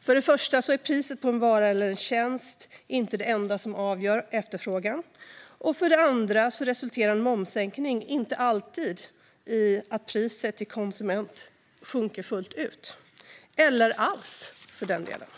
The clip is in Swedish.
För det första är priset på en vara eller en tjänst är inte det enda som avgör efterfrågan. För det andra resulterar en momssänkning inte alltid i att priset till konsument sjunker fullt ut, eller alls för den delen,